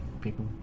people